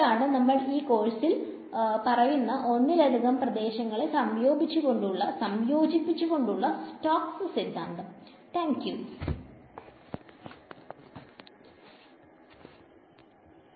ഇതാണ് നമ്മൾ ഈ കോഴ്സിൽ പറയുന്ന ഒന്നിലധികം പ്രദേശങ്ങളെ യോജിപ്പിച്ചുകൊണ്ടുള്ള സ്റ്റോക്സ് സിദ്ധാന്തം നന്ദി